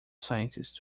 scientists